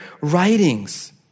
writings